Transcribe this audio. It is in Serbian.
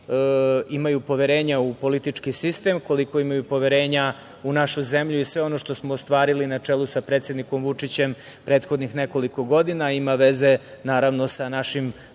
imaju poverenja u politički sistem, koliko imaju poverenja u našu zemlju i sve ono što smo ostvarili na čelu sa predsednikom Vučićem prethodnih nekoliko godina ima veze, naravno, sa našim